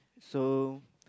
so